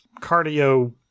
cardio